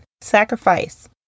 sacrifice